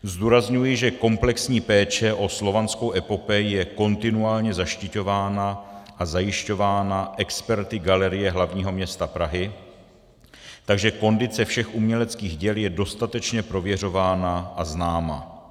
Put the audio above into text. Zdůrazňuji, že komplexní péče o Slovanskou epopej je kontinuálně zaštiťována a zajišťována experty Galerie hlavního města Prahy, takže kondice všech uměleckých děl je dostatečně prověřována a známa.